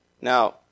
Now